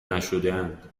نشدهاند